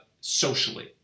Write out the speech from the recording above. socially